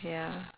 ya